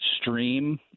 stream